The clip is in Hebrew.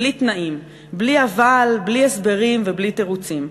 בלי תנאים, בלי אבל, בלי הסברים ובלי תירוצים.